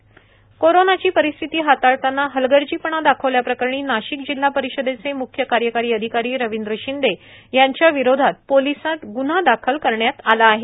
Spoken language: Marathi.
ग्न्हा दाखल कोरोनाची परिस्थिती हाताळताना हलगर्जीपणा दाखवल्याप्रकरणी नाशिक जिल्हा परिषदेचे म्ख्य कार्यकारी अधिकारी रविंद्र शिंदे यांच्या विरोधात पोलीसांत ग्न्हा दाखल करण्यात आला आहे